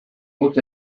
huts